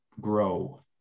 grow